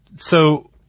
So-